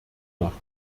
nach